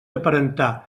aparentar